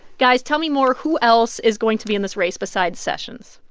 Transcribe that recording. guys, tell me more. who else is going to be in this race besides sessions?